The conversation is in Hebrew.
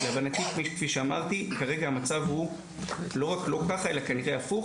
להבנתי, כרגע המצב הוא לא רק לא ככה אלא הפוך.